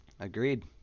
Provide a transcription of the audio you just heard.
agreed